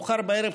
מאוחר בערב,